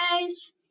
guys